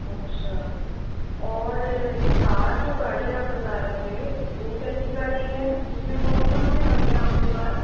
अच्छा और थार जो गाड़ी आप बता रहे थे वह कैसी गाड़ी है उसमें कौन कौन से रंग हैं आपके पास